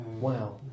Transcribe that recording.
Wow